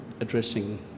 addressing